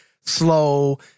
slow